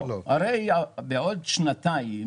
בעוד שנתיים